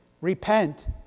Repent